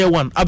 one